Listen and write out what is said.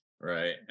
Right